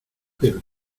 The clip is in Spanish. pero